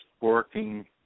working